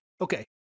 okay